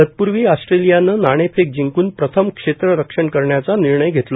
तत्पूर्वी ऑस्ट्रेलियानं नाणेफेक जिंकून प्रथम क्षेत्ररक्षण करण्याचा निर्णय घेतला